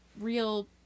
real